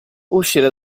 uscire